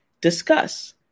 discuss